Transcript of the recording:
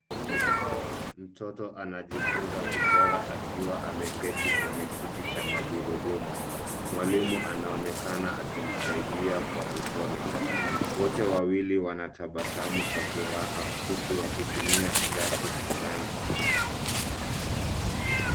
Mtoto anajifunza kuchora akiwa ameketi kwenye kiti cha magurudumu. Mwalimu anaonekana akimsaidia kwa upole. Wote wawili wanatabasamu kwa furaha, huku wakitumia brashi na rangi.